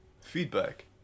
Feedback